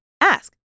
Ask